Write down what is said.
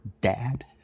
dad